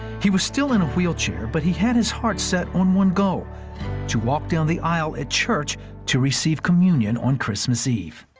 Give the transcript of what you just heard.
he was still in a wheelchair, but he had his heart set on one goal to walk down the aisle in church to receive communion on christmas eve.